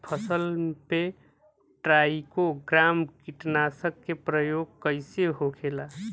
फसल पे ट्राइको ग्राम कीटनाशक के प्रयोग कइसे होखेला?